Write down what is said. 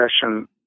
session